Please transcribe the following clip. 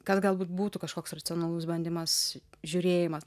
kas galbūt būtų kažkoks racionalus bandymas žiūrėjimas